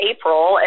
April